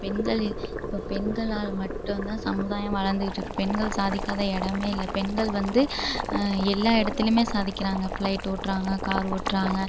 பெண்கள் இப்போ பெண்களால் மட்டும்தான் சமுதாயம் வளர்ந்துக்கிட்டு இருக்குது பெண்கள் சாதிக்காத இடமே இல்லை பெண்கள் வந்து எல்லா இடத்துலையுமே சாதிக்கிறாங்க ஃப்ளைட் ஓட்டுறாங்க கார் ஓட்டுறாங்க